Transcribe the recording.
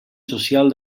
social